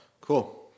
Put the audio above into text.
Cool